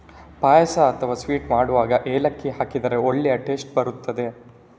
ಪಾಯಸ ಅಥವಾ ಸ್ವೀಟ್ ಮಾಡುವಾಗ ಏಲಕ್ಕಿ ಹಾಕಿದ್ರೆ ಒಳ್ಳೇ ಟೇಸ್ಟ್ ಬರ್ತದೆ